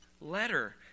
letter